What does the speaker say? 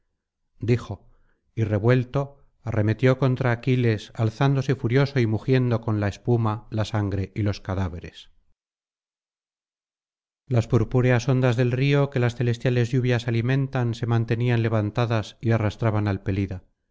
dijo y revuelto arremetió contra aquiles alzándose furioso y mugiendo con la espuma la sangre y los cadáveres las purpúreas ondas del río que las celestiales lluvias alimentan se mantenían levantadas y arrastraban al